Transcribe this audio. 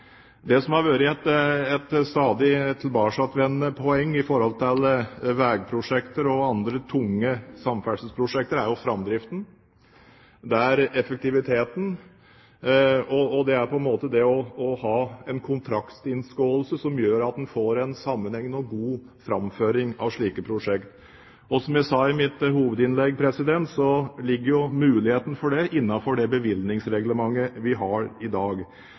det norske samfunnet. Det som har vært et stadig tilbakevendende poeng i vegprosjekter og andre tunge samferdselsprosjekter, har vært framdriften, effektiviteten og det å ha en kontraktinngåelse som gjør at en får en sammenhengende og god gjennomføring av slike prosjekter. Som jeg sa i mitt hovedinnlegg, er det muligheter til det innenfor det bevilgningsreglementet vi har i dag.